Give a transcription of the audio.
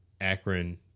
Akron